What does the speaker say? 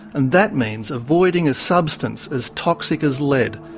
and that means avoiding a substance as toxic as lead.